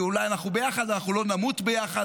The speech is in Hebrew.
כי אולי אנחנו ביחד אבל אנחנו לא נמות ביחד,